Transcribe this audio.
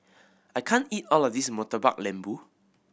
I can't eat all of this Murtabak Lembu